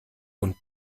und